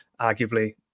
arguably